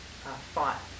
thought